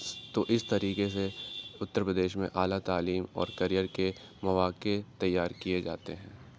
تو اس طریقے سے اتر پردیش میں اعلیٰ تعلیم اور کیریئر کے مواقع تیار کیے جاتے ہیں